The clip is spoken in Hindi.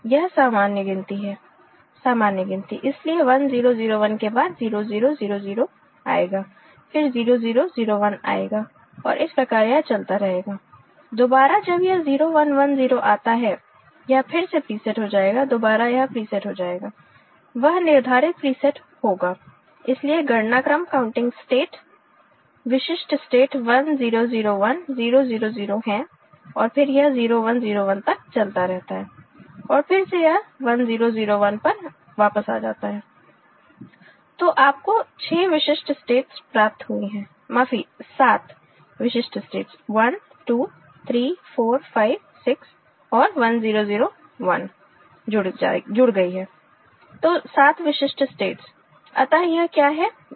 यह सामान्य गिनती है सामान्य गिनती इसलिए 1 0 0 1 के बाद 0 0 0 0 आएगा फिर 0 0 0 1 आएगा और इस प्रकार यह चलता रहेगा दोबारा जब यह 0 1 1 0 आता है यह फिर से प्रीसेट हो जाएगा दोबारा यह प्रीसेट हो जाएगा वह निर्धारित प्रीसेट होगा इसलिए गणना क्रम काउंटिंग स्टेट विशिष्ट स्टेट 1 0 0 1 0 0 0 0 हैं और फिर यह 0 1 0 1 तक चलता रहता है और फिर से यह 1 0 0 1 पर वापस आ जाता है तो आपको 6 विशिष्ट स्टेट्स प्राप्त हुई हैं माफी 7 विशिष्ट स्टेट्स 1 2 3 4 5 6 और 1 0 0 1 जुड़ गई है तो 7 विशिष्ट स्टेट्स अतः यह क्या है